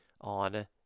on